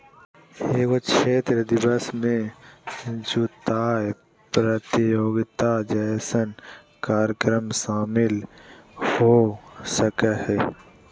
एगो क्षेत्र दिवस में जुताय प्रतियोगिता जैसन कार्यक्रम शामिल हो सकय हइ